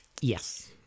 Yes